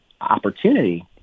opportunity